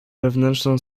wewnętrzną